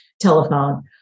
telephone